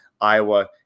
Iowa